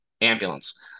ambulance